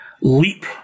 leap